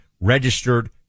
registered